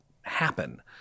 happen